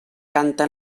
canta